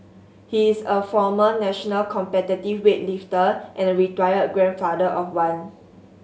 he is a former national competitive weightlifter and a retired grandfather of one